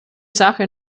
sache